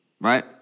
right